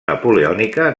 napoleònica